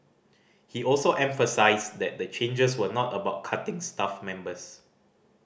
he also emphasised that the changes were not about cutting staff members